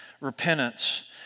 repentance